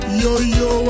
yo-yo